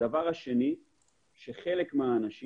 חלק מהאנשים